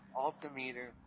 Altimeter